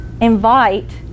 invite